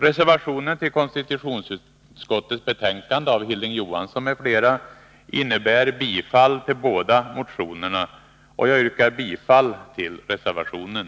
Reservationen till konstitutionsutskottets betänkande av Hilding Johansson m.fl. innebär bifall till båda motionerna. Jag yrkar bifall till reservationen.